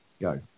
Go